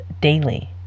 daily